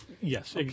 Yes